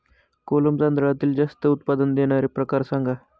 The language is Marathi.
कोलम तांदळातील जास्त उत्पादन देणारे प्रकार सांगा